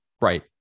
right